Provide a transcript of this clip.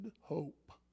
hope